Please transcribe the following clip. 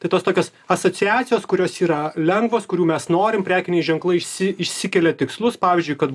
tai tos tokios asociacijos kurios yra lengvos kurių mes norim prekiniai ženklai išsi šsikelia tikslus pavyzdžiui kad